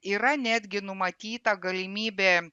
yra netgi numatyta galimybė